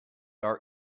our